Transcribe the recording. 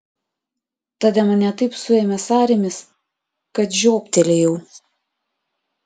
tada mane taip suėmė sąrėmis kad žioptelėjau